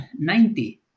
90